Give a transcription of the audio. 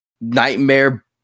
nightmare